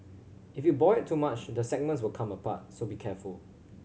if you boil it too much the segments will come apart so be careful